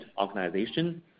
organization